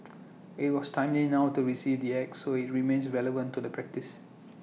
IT was timely now to receive the act so IT remains relevant to the practice